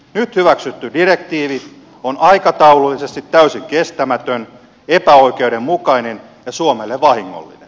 nyt hyväksytty direktiivi on aikataulullisesti täysin kestämätön epäoikeudenmukainen ja suomelle vahingollinen